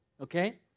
Okay